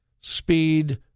speed